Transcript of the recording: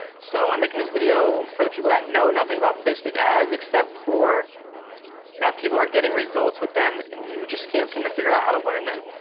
so, i'm making this video for the people that know nothing about facebook ads except for that people are getting results with them, and you just can't seem to figure out how to learn them.